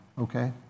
Okay